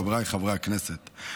חבריי חברי הכנסת,